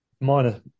Minor